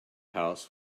house